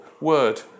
word